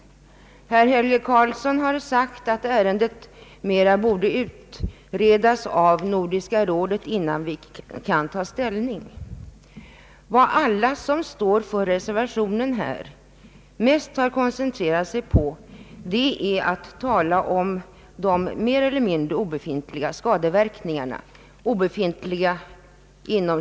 Herr Helge Karlsson har sagt att ärendet borde utredas mera av Nordiska rådet innan vi kan ta ställning. Vad alla som står för reservationen mest har koncentrerat sig på är att tala om de mer eller mindre »obefintliga» skadeverkningarna.